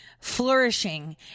flourishing